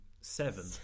seven